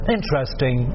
Interesting